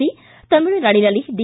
C ತಮಿಳುನಾಡಿನಲ್ಲಿ D